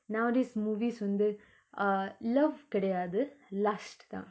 nowadays movies வந்து:vanthu uh love கெடயாது:kedayathu lust தா:tha